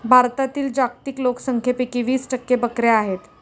भारतातील जागतिक लोकसंख्येपैकी वीस टक्के बकऱ्या आहेत